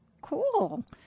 Cool